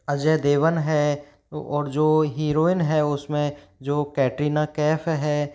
अजय देवगन है और जो हीरोइन है उस में जो कैटरीना कैफ़ है